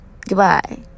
Goodbye